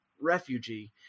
refugee